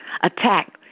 attack